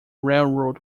railroad